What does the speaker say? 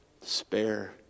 despair